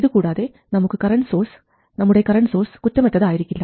ഇതുകൂടാതെ നമ്മുടെ current source കുറ്റമറ്റത് ആയിരിക്കില്ല